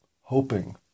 hoping